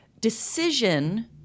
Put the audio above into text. decision